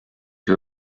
see